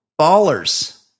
Ballers